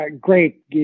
Great